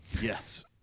Yes